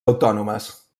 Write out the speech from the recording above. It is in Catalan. autònomes